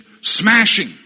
smashing